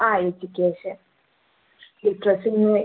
ആ എജുക്കേഷൻ ലിറ്ററസിന്ന്